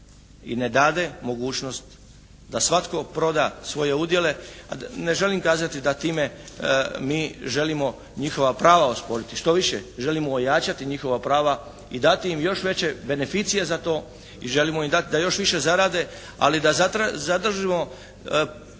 i ne dade mogućnost da svatko proda svoje udjele. Ne želim kazati da time mi želimo njihova prava osporiti. Štoviše, želimo ojačati njihova prava i dati im još veće beneficije za to i želimo im dati da još više zarade, ali da zadržimo